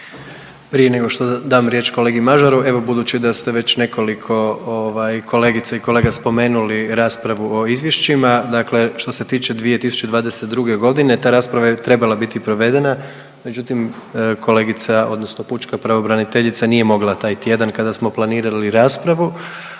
Prije nego što dam riječ kolegi Mažaru evo budući da ste već nekoliko kolegica i kolega spomenuli raspravu o izvješćima, dakle što se tiče 2022.g. ta rasprava je trebala bit provedena, međutim kolegica odnosno pučka pravobraniteljica nije mogla taj tjedan kada smo planirali raspravu.